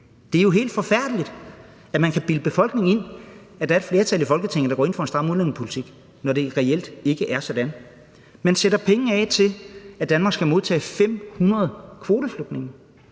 Det er jo helt forfærdeligt, at man kan bilde befolkningen ind, at der er et flertal i Folketinget, der går ind for en stram udlændingepolitik, når det reelt ikke er sådan. Man sætter penge af til, at Danmark skal modtage 500 kvoteflygtninge.